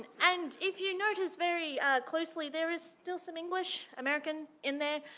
and if you notice very closely there is still some english, american, in there.